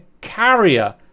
carrier